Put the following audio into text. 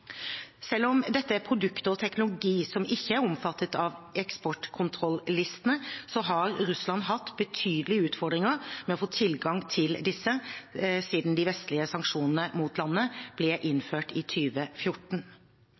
Selv om dette er produkter og teknologi som ikke er omfattet av eksportkontrollistene, har Russland hatt betydelige utfordringer med å få tilgang til disse siden de vestlige sanksjonene mot landet ble innført i